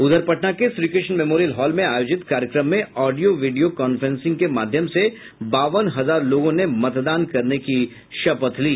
उधर पटना के Shrikrishna memorial hall में आयोजित कार्यक्रम में ऑडियो वीडियो कांफ्रेंसिंग के माध्यम से बावन हजार लोगों ने मतदान करने की शपथ ली